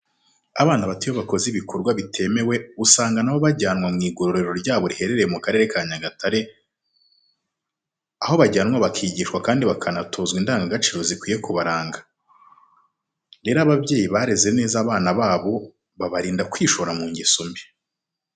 Abana bato iyo bakoze ibikorwa bitemewe usanga na bo bajyanwa mu igororero ryabo riherereye mu Karere ka Nyagatare, aho bajyanwa bakigishwa kandi bakanatozwa indangagaciro zikwiye kubaranga. Rero ababyeyi barere neza abana babo babarinda kwishora mu ngeso mbi.